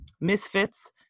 misfits